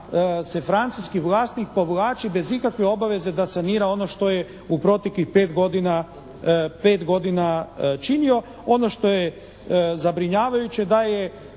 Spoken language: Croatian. da se francuski vlasnik povlači bez ikakve obveze da sanira ono što je u proteklih 5 godina činio. Ono što je zabrinjavajuće da je